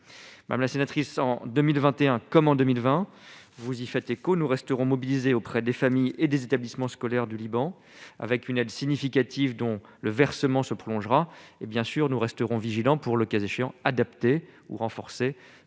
madame la sénatrice en 2021 comme en 2020, vous y fait écho, nous resterons mobilisés auprès des familles et des établissements scolaires du Liban avec une aide significative dont le versement se prolongera et bien sûr, nous resterons vigilants pour, le cas échéant, adapter ou renforcer